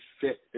fit